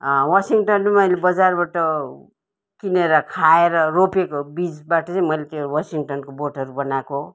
Washington मैले बजारबाट किनेर खाएर रोपेको बिजबाट चाहिँ मैले त्यो वासिङटनको बोटहरू बनाएको हो